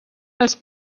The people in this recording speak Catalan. els